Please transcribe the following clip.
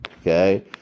Okay